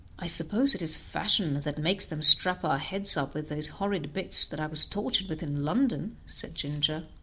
i suppose it is fashion that makes them strap our heads up with those horrid bits that i was tortured with in london, said ginger.